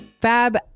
Fab